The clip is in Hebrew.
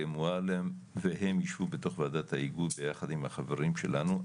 מועלם והם יישבו בתוך ועדת האיגוד ביחד עם החברים שלנו.